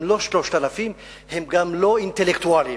הם גם לא אינטלקטואלים,